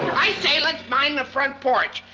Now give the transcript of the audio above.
i say let's mine the front porch.